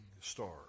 star